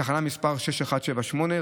תחנה 6178,